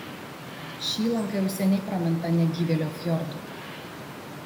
ši įlanka jau seniai praminta negyvėlio fjordu